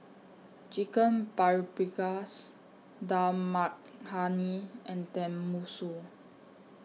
Chicken Paprikas Dal Makhani and Tenmusu